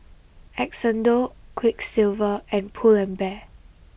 Xndo Quiksilver and Pull and Bear